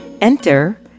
Enter